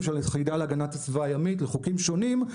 של היחידה להגנת הסביבה הימית לחוקים שונים,